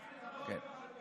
לא,